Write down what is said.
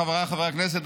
חבריי חברי הכנסת,